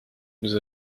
nous